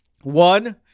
One